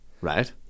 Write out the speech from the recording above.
right